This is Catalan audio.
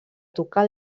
tocar